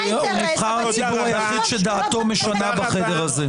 לא, הוא נבחר הציבור היחיד שדעתו משנה בחדר הזה.